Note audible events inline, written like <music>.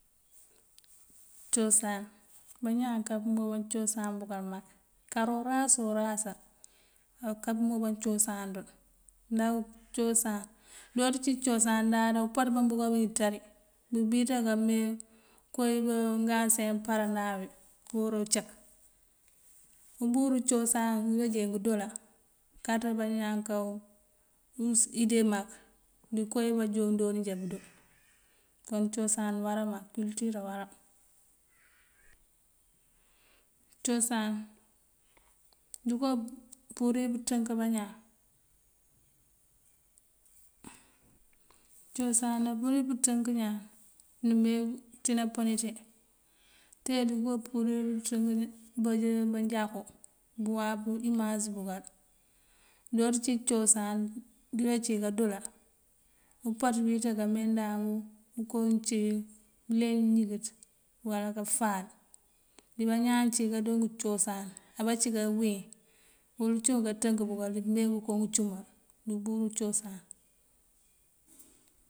Cosan bañaan kapëmoban cosan kapëmoban cosan bukal mak kara uraso o rasa aká pëmoban cosan dul. Ndah cosan, udooţ cí cosan dáadan upaţ bambúka bikí nţari búbíiţa kama kowí ngë ansiyeŋ paranáa wí uwoorá ucak. Uburú cosan wíba jee udoola kaţí bëñaan ká <hesitation> ide mak ţí kowí bajoon dooni já bëdo. Kon cosan awará mak kultur awará. Cosan dëko purir pëţënk bañaan. <hesitation> cosan apurir pëţënk ñaan númee ţí napëni ţí te dëko purir pëţënk manjakú bëwáap imas búkal. Dooţ cí cosan bida cí kadoola upaţ bíţa kamee ndank ko uncí wí bëleenj bëñingënţ wala kafáal. Biba ñaan cíwi kado cosan abá cí kawín wul cúun kaţënk búkal ţí pëme ngëko ngëcumal ţí uburu cosan.